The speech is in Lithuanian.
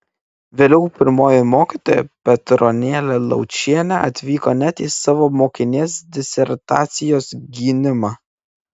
vėliau pirmoji mokytoja petronėlė laučienė atvyko net į savo mokinės disertacijos gynimą